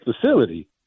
facility